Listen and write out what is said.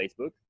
Facebook